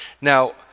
Now